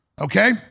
Okay